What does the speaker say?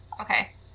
Okay